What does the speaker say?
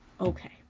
Okay